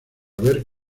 ver